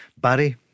Barry